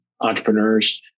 entrepreneurs